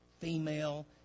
female